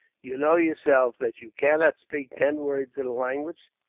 you know, yourself, that you cannot speak ten words of the language.